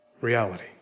reality